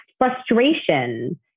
frustration